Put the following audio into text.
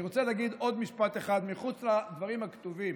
אני רוצה להגיד עוד משפט אחד מחוץ לדברים הכתובים.